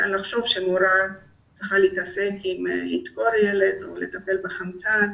לחשוב שמורה צריכה להתעסק עם זריקות לילדים או בטיפול באמצעות חמצן